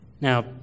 Now